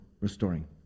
restoring